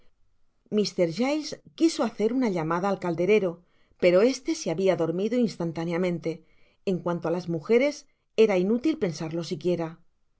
mr giles quiso hacer una llamada al calderero pero éste se habia dormido instantáneamente en cuanto á las mugeres era inútil pensarlo siquiera